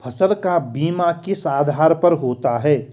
फसल का बीमा किस आधार पर होता है?